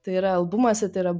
tai yra albumas ir tai yra